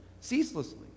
ceaselessly